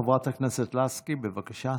חברת הכנסת לסקי, בבקשה.